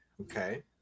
Okay